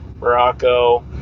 Morocco